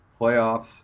playoffs